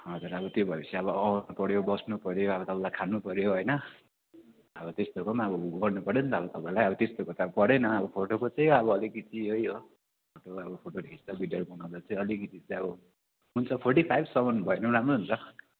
हजुर अब त्यो भएपछि अब आउनुपऱ्यो बस्नुपऱ्यो आबो तपाईँलाई खानुपऱ्यो होइन अब त्यस्तोको पनि अब गर्नुपऱ्यो नि त अब तपाईँलाई अब त्यस्तोको त अब परेन अब फोटोको चाहिँ अब अलिकिति यही हो फोटो अब फोटो खिच्दा भिडियोहरू बनाउँदा चाहिँ अलिकति चाहिँ अब हुन्छ फोर्टी फाइभसम्म भयो भने पनि राम्रो हुन्छ